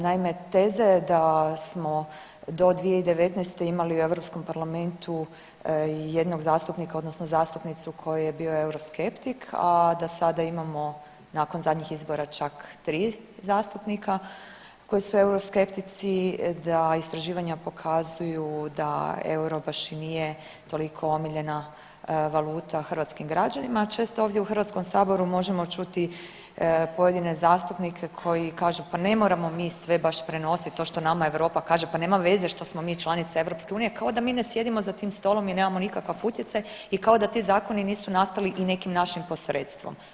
Naime, teze da smo do 2019. imali u Europskom parlamentu jednog zastupnika, odnosno zastupnicu koji je bio euroskeptik, a da sada imamo nakon zadnjih izbora čak 3 zastupnika koji su euroskeptici, da istraživanja pokazuju da euro baš i nije toliko omiljena valuta hrvatskim građanima, a često ovdje u hrvatskom saboru možemo čuti pojedine zastupnike koji kažu pa ne moramo mi sve baš prenositi. to što nama Europa kaže, pa nema veze što smo mi članica EU kao da mi ne sjedimo za tim stolom i nemamo nikakav utjecaj i kao da ti zakoni nisu nastali i nekim našim posredstvom.